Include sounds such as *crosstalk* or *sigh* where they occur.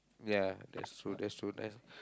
ya that's true that's true nice *breath*